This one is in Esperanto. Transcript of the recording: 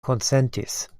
konsentis